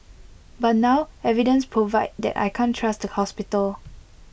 but now evidence provide that I can't trust the hospital